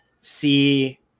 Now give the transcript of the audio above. see